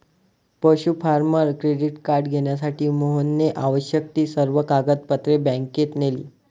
पशु farmer credit card घेण्यासाठी मोहनने आवश्यक ती सर्व कागदपत्रे बँकेत नेली